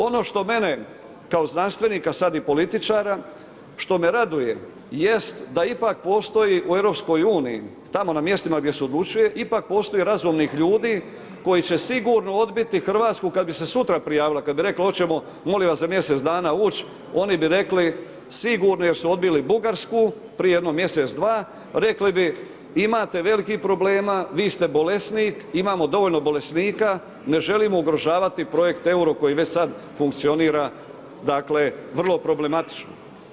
Ono što mene kao znanstvenika sad i političara, što me raduje jest da ipak postoji u EU, tamo na mjestima gdje su odlučuje, ipak postoji razumnih ljudi koji će sigurno odbiti Hrvatsku kad bi se sutra prijavila, kad bi rekla hoćemo molim vas, za mjesec dana ući, oni bi rekli sigurno, jer su odbili Bugarsku prije jedno mjesec-dva, rekli bi, imate velikih problema, vi ste bolesnik, imamo dovoljno bolesnika, ne želimo ugrožavati projekt euro koji već sad funkcionira, dakle, vrlo problematično.